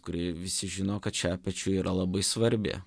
kurį visi žino kad šepečiui yra labai svarbi